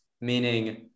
meaning